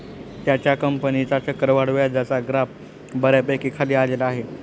त्याच्या कंपनीचा चक्रवाढ व्याजाचा ग्राफ बऱ्यापैकी खाली आलेला आहे